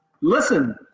listen